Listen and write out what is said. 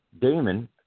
Damon